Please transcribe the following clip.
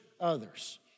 others